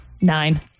nine